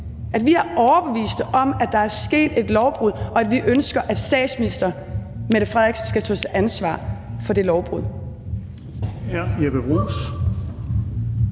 at vi er overbevist om, at der er sket et lovbrud, og at vi ønsker, at statsminister Mette Frederiksen skal stå til ansvar for det lovbrud.